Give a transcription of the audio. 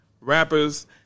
rappers